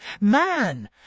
Man